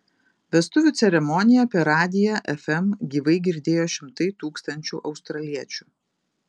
vestuvių ceremoniją per radiją fm gyvai girdėjo šimtai tūkstančių australiečių